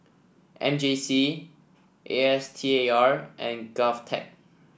M J C A S T A R and Govtech